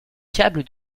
câble